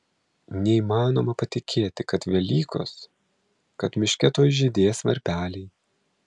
neįmanoma patikėti kad velykos kad miške tuoj žydės varpeliai